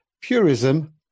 Purism